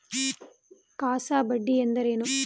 CASA ಬಡ್ಡಿ ಎಂದರೇನು?